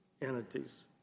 entities